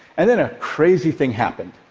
and then a crazy thing happened.